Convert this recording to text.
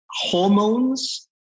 hormones